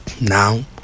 Now